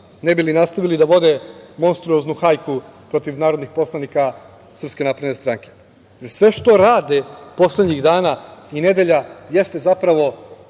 ne bi li nastavili da vode monstruoznu hajku protiv narodnih poslanika SNS.Sve što rade poslednjih dana i nedelja jeste zapravo